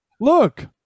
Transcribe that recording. look